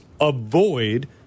avoid